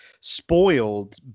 spoiled